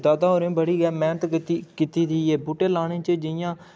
दादा होरें बड़ी गै मेह्नत कीती कीती दी ऐ बूह्टे लाने च जियां